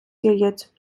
яєць